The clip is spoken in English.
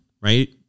right